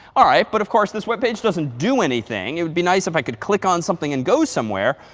all right, but of course this web page doesn't do anything. it would be nice if i could click on something and go somewhere.